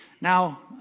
now